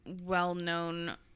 well-known